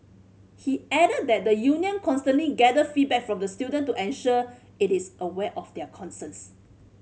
he added that the union constantly gather feedback from the student to ensure it is aware of their concerns